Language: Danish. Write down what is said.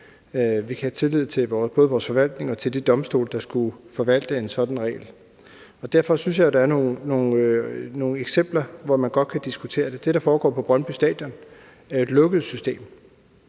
Vi kan have tillid til både vores forvaltning og til de domstole, der skulle forvalte en sådan regel. Og derfor synes jeg jo, der er nogle eksempler, hvor man godt kan diskutere det. Det, der foregår på Brøndby Stadion, er et lukket system,